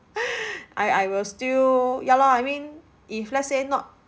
I I will still ya lor I mean if let's say not